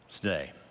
today